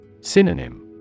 Synonym